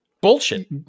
bullshit